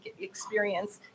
experience